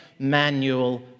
manual